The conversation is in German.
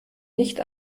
nicht